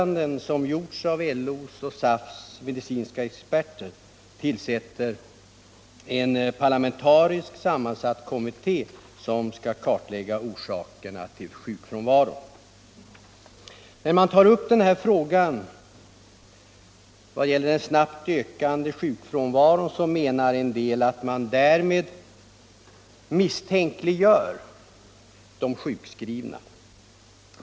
När man tar upp den här frågan om den snabbt ökande sjukfrånvaron så menar en del att man därmed misstänkliggör de sjukskrivna.